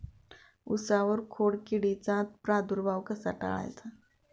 उसावर खोडकिडीचा प्रादुर्भाव कसा टाळायचा?